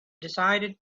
decided